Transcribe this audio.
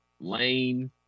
Lane